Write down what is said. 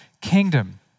kingdom